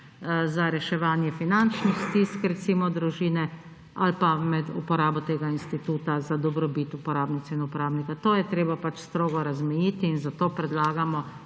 za reševanje finančnih stisk, recimo družine, ali pa med uporabo tega instituta za dobrobit uporabnic in uporabnikov. To je treba pač strogo razmejiti in zato predlagamo